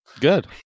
good